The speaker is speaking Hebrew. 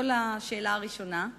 זה לשאלה הראשונה,